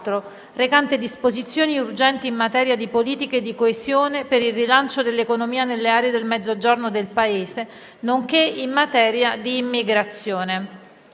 124, recante disposizioni urgenti in materia di politiche di coesione, per il rilancio dell'economia nelle aree del Mezzogiorno del Paese, nonché in materia di immigrazione»